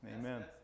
amen